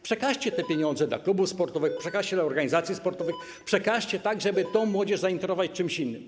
Przekażcie te pieniądze dla klubów sportowych, przekażcie dla organizacji sportowych, przekażcie, tak żeby tę młodzież zainteresować czymś innym.